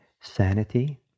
sanity